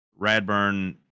Radburn